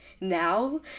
now